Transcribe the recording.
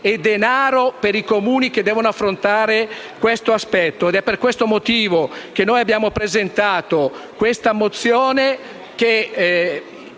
e denaro per i Comuni che devono affrontare in merito a questo aspetto. È per tale motivo che noi abbiamo presentato questa mozione